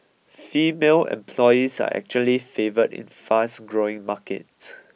female employees are actually favoured in fast growing markets